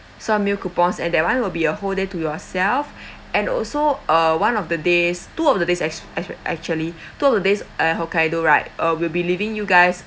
some meal coupons and that one will be a whole day to yourself and also uh one of the days two of the days as as actually two of the days at hokkaido right uh will be leaving you guys